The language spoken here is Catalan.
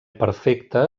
perfecte